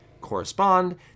correspond